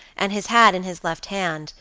and his hat in his left hand,